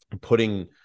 Putting